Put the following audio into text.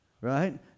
Right